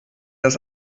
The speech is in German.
das